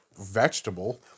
Vegetable